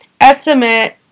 Estimate